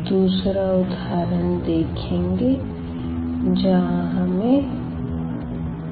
अब दूसरा उदाहरण देखेंगे जहाँ हमें